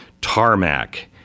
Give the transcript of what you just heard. tarmac